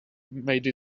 made